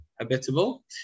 habitable